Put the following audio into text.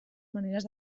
maneres